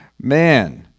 Man